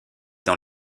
dans